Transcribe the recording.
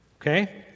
Okay